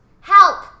Help